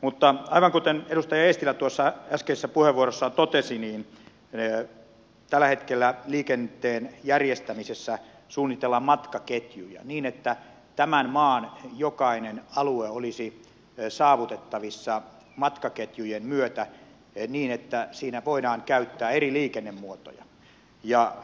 mutta aivan kuten edustaja eestilä äskeisessä puheenvuorossaan totesi tällä hetkellä liikenteen järjestämisessä suunnitellaan matkaketjuja niin että tämän maan jokainen alue olisi saavutettavissa matkaketjujen myötä niin että siinä voidaan käyttää eri liikennemuotoja